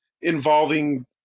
involving